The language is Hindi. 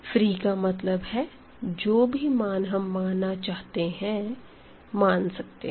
फ्री का मतलब है जो भी मान हम मानना चाहते है मान सकते हैं